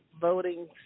voting